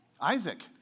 Isaac